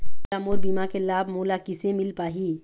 मोला मोर बीमा के लाभ मोला किसे मिल पाही?